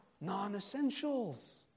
non-essentials